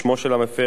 שמו של המפר,